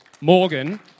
Morgan